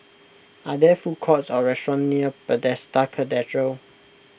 are there food courts or restaurants near Bethesda Cathedral